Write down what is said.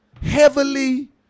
heavily